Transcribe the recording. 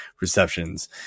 receptions